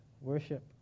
worship